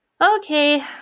Okay